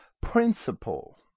principle